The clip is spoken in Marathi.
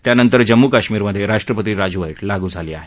त्यानंतर जम्मू कश्मिरमधे राष्ट्रपती राजवट लागू आहे